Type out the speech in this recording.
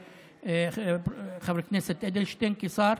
חבר הכנסת אדלשטיין, כשר.